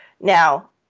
Now